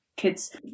kids